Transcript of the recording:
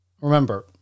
Remember